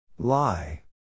Lie